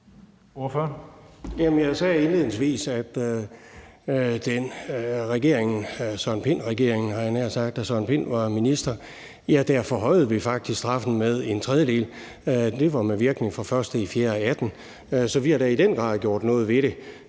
regeringen, hvori Søren Pind var minister, forhøjede vi faktisk straffen med en tredjedel. Det var med virkning fra den 1. april 2018. Så vi har da i den grad gjort noget ved det.